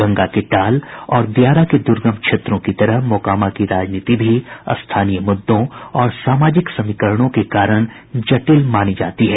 गंगा के टाल और दियारा के दुर्गम क्षेत्रों की तरह मोकामा की राजनीति भी स्थानीय मृद्रों और सामाजिक समीकरणों के कारण जटिल मानी जाती है